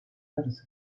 yarısı